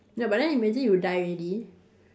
ya but then imagine you die already